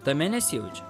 tame nesijaučia